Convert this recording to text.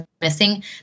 missing